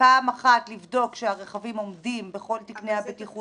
פעם אחת לבדוק שהרכבים עומדים בכל תקני הבטיחות